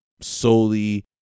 solely